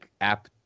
app